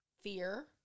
fear